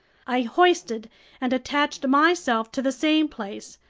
i hoisted and attached myself to the same place,